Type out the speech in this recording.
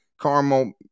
Caramel